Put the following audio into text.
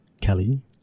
Kelly